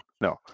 no